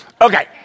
Okay